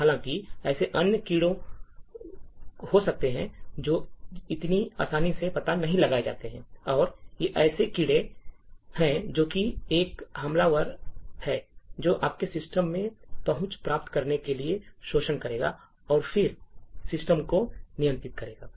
हालांकि ऐसे अन्य कीड़े हो सकते हैं जो इतनी आसानी से पता नहीं लगाए जाते हैं और ये ऐसे कीड़े हैं जो कि एक हमलावर हैं जो आपके सिस्टम में पहुंच प्राप्त करने के लिए शोषण करेगा और फिर सिस्टम को नियंत्रित करेगा